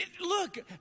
Look